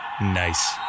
Nice